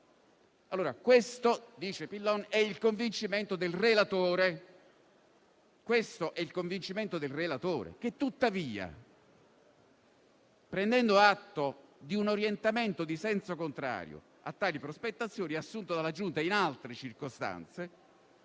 Italia. Questo - dice Pillon - è il convincimento del relatore, che tuttavia, prendendo atto di un orientamento in senso contrario a tali prospettazioni assunte dalla Giunta in altre circostanze